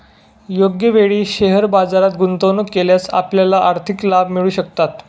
योग्य वेळी शेअर बाजारात गुंतवणूक केल्यास आपल्याला आर्थिक लाभ मिळू शकतात